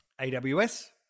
aws